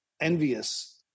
envious